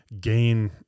gain